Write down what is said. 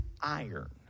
iron